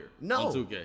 No